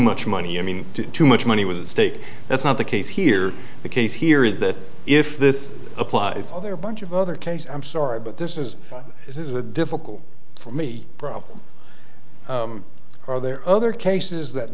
much money i mean to too much money with a stake that's not the case here the case here is that if this applies all their bunch of other cases i'm sorry but this is this is a difficult for me problem are there other cases that